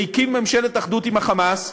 והקים ממשלת אחדות עם ה"חמאס".